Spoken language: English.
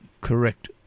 correct